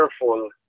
careful